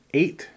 eight